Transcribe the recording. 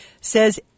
says